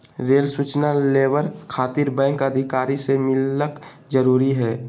Rail सूचना labour खातिर bank अधिकारी से मिलक जरूरी है?